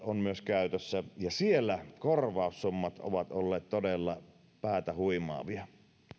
on käytössä sama käytäntö ja siellä korvaussummat ovat olleet todella päätä huimaavia